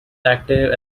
active